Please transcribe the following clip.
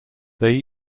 they